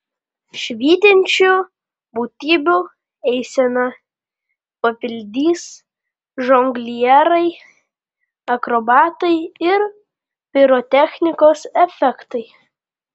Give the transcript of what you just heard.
švytinčių būtybių eiseną papildys žonglieriai akrobatai ir pirotechnikos efektai